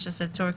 תורכיה".